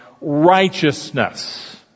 righteousness